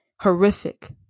Horrific